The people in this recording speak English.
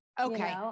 Okay